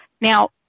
Now